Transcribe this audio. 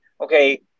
okay